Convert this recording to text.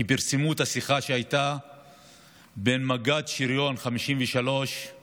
פרסמו את השיחה שהייתה בין מג"ד שריון 53 סלמן